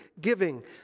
giving